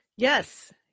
Yes